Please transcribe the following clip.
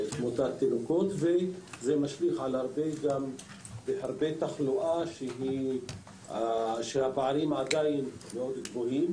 זה משליך על הרבה תחלואה והפערים עדיין גדולים.